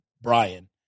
Brian